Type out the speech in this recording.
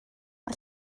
mae